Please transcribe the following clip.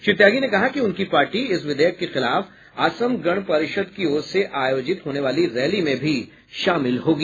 श्री त्यागी ने कहा कि उनकी पार्टी इस विधेयक के खिलाफ असम गण परिषद की ओर से आयोजित होने वाली रैली में भी शामिल होगी